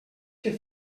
que